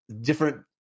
different